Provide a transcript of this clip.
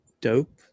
dope